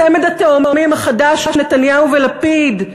צמד התאומים החדש, נתניהו ולפיד,